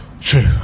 true